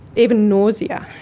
even nausea.